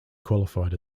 qualified